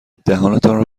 دهانتان